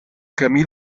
camí